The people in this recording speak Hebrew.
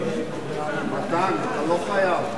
מתן, אתה לא חייב.